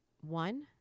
One